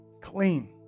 Clean